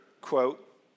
quote